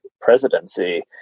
presidency